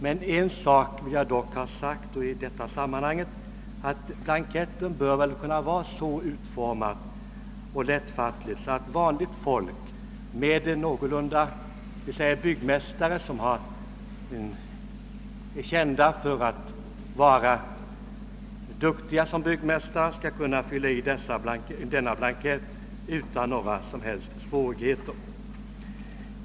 Men en sak vill jag ändå framhålla i detta sammanhang, nämligen att blanketten bör kunna vara utformad på ett så lättfattligt sätt att en byggmästare som är känd för att vara en duktig yrkesman skall kunna fylla i den utan några som helst svårigheter.